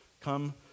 come